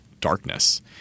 darkness